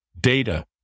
Data